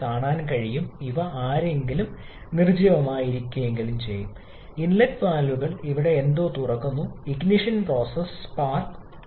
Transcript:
ഇന്ധന വായു അനുമാനവും ഉപയോഗിച്ച് നമുക്ക് ശരിയായ എസ്റ്റിമേറ്റ് ലഭിക്കും ഒരു ചക്രത്തിൽ നിലനിൽക്കാവുന്ന പരമാവധി സമ്മർദ്ദവും താപനിലയും